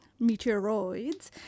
meteoroids